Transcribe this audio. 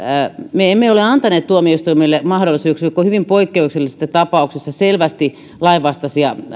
me emme ole antaneet tuomioistuimille mahdollisuuksia kuin hyvin poikkeuksellisessa tapauksessa selvästi lainvastaisia